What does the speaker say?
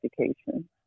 education